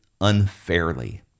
unfairly